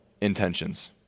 intentions